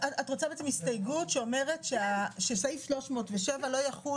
את רוצה הסתייגות שאומרת שסעיף 307 לא יחול